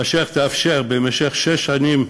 אשר תאפשר, במשך שש שנים,